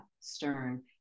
Stern